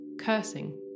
cursing